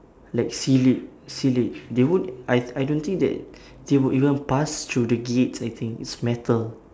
like seal it seal it they won't I I don't think that they would even pass through the gates I think it's metal